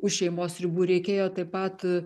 už šeimos ribų reikėjo taip pat